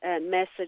message